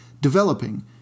developing